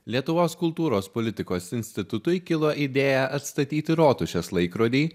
lietuvos kultūros politikos institutui kilo idėja atstatyti rotušės laikrodį